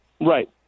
Right